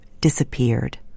disappeared